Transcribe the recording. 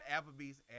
Applebee's